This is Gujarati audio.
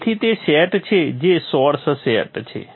તેથી તે સેટ છે જે સોર્સ સેટ છે